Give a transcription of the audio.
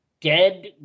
dead